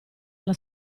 alla